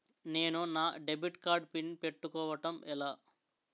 నేను నా debit card PIN పెట్టుకోవడం ఎలా?